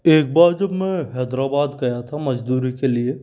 एक बार जब मैं हैदराबाद गया था मजदूरी के लिए